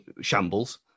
shambles